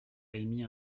émis